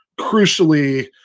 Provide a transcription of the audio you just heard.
crucially